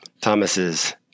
Thomas's